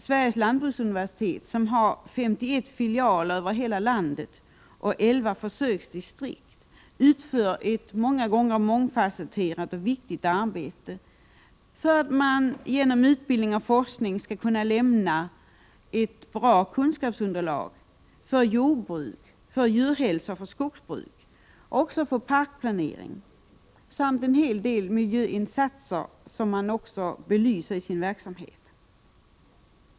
Sveriges lantbruksuniversitet, som har 51 filialer över hela landet och 11 försöksdistrikt, utför ett många gånger mångfasetterat och viktigt arbete för att man genom utbildning och forskning skall kunna ge ett bra kunskapsunderlag för jordbruk, för djurhälsa och för skogsbruk samt även för parkplanering. Man belyser i sin verksamhet också en hel del miljöinsatser.